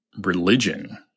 religion